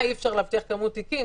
זה יצירת איזושהי חקיקה,